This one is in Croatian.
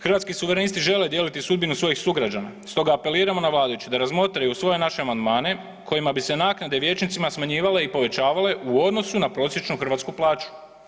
Hrvatski suverenisti žele dijeliti sudbinu svojih sugrađana, stoga apeliramo na vladajuće da razmotre i usvoje naše amandmane kojima bi se naknade vijećnicima smanjivale i povećavale u odnosu na prosječnu hrvatsku plaću.